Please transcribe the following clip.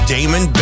Damon